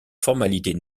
formalités